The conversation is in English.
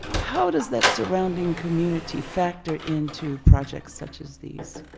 how does that surrounding community factor into projects such as these?